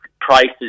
prices